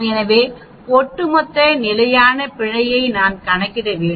எனவே ஒட்டுமொத்த நிலையான பிழையை நான் கணக்கிட வேண்டும்